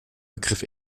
begriff